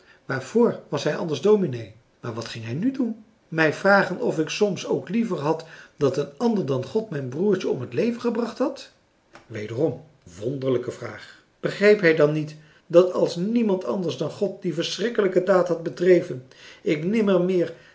waarvoor was hij anders dominee maar wat ging hij nu doen mij vragen of ik soms ook liever had dat een ander dan god mijn broertje om het leven gebracht had wederom wonderlijke vraag begreep hij dan niet dat als niemand anders dan god die verschrikkelijke daad had bedreven ik nimmermeer